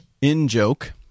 in-joke